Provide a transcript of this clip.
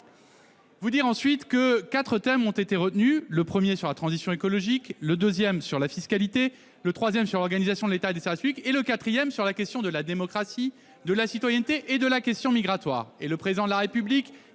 vous indique que quatre thèmes ont été retenus : le premier concerne la transition écologique, le deuxième, la fiscalité, le troisième, l'organisation de l'État et des services publics, et, le quatrième, la question de la démocratie, de la citoyenneté et la question migratoire. Cela fait cinq ! Le Président de la République